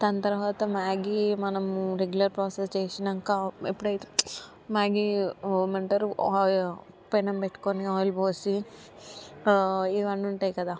దాని తర్వాత మ్యాగీ మనము రెగ్యులర్ ప్రొసెస్ చేసినాక ఎప్పుడయితే మ్యాగీ ఏం అంటారు పెనం పెట్టుకొని ఆయిల్ పోసి ఇవన్నీ ఉంటాయి కదా